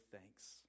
thanks